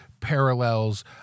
parallels